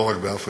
לא רק באפריקה,